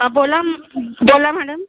हां बोला म बोला मॅडम